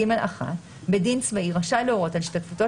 (ג) (1) בית דין צבאי רשאי להורות על השתתפותו